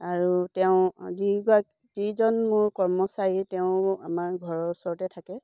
আৰু তেওঁ যিগৰাকী যিজন মোৰ কৰ্মচাৰী তেওঁ আমাৰ ঘৰৰ ওচৰতে থাকে